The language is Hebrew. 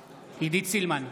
סילמן,